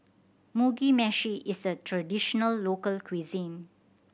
Mugi Meshi is a traditional local cuisine